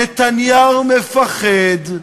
נתניהו מפחד,